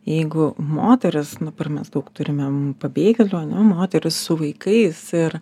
jeigu moteris dabar mes daug turimėm pabėgėlių ane moterys su vaikais ir